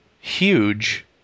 huge